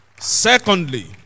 Secondly